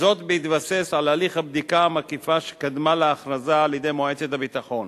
בהתבסס על הליך הבדיקה המקיפה שקדמה להכרזה על-ידי מועצת הביטחון.